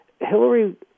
Hillary